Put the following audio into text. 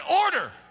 order